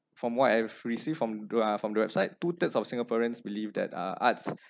from what I've received from from the website two thirds of singaporeans believe that uh arts